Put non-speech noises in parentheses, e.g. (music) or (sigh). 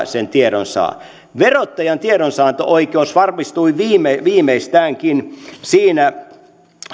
(unintelligible) sen tiedon saa verottajan tiedonsaantioikeus varmistui viimeistäänkin siinä